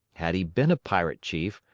had he been a pirate chief,